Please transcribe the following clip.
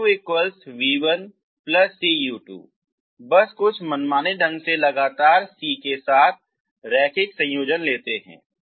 v2 v1 cu2 बस कुछ मनमाने ढंग से लगातार c के साथ रैखिक संयोजन लेते हैं